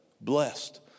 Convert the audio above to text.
blessed